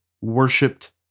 worshipped